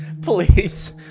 please